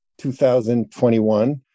2021